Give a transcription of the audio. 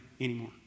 anymore